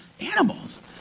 animals